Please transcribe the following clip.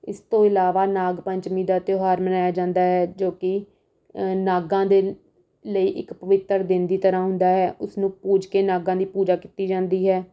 ਇਸ ਤੋਂ ਇਲਾਵਾ ਨਾਗ ਪੰਚਮੀ ਦਾ ਤਿਉਹਾਰ ਮਨਾਇਆ ਜਾਂਦਾ ਹੈ ਜੋ ਕਿ ਨਾਗਾਂ ਦੇ ਲਈ ਇੱਕ ਪਵਿੱਤਰ ਦਿਨ ਦੀ ਤਰ੍ਹਾਂ ਹੁੰਦਾ ਹੈ ਉਸਨੂੰ ਪੂਜ ਕੇ ਨਾਗਾਂ ਦੀ ਪੂਜਾ ਕੀਤੀ ਜਾਂਦੀ ਹੈ